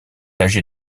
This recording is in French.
âgée